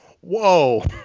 Whoa